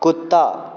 कुत्ता